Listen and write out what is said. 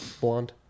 Blonde